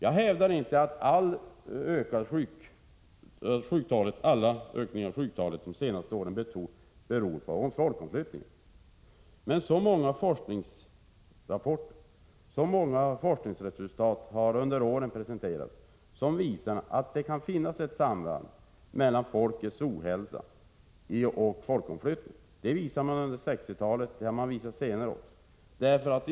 Jag hävdar inte att hela ökningen av antalet sjukdagar under de senaste åren beror på folkomflyttningen. Men det är många forskningsresultat som har presenterats under åren som visar att det kan finnas ett samband mellan folkets ohälsa och folkomflyttningen. Det visades under 1960-talet, och det har visats senare också.